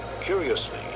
curiously